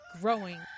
growing